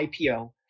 IPO